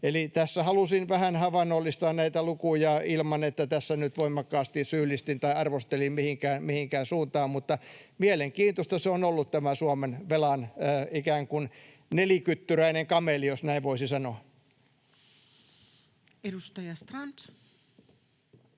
Eli tässä halusin vähän havainnollistaa näitä lukuja ilman, että tässä nyt voimakkaasti syyllistin tai arvostelin mihinkään suuntaan. Mielenkiintoista on ollut tämä Suomen velan ikään kuin nelikyttyräinen kameli, jos näin voisi sanoa. [Speech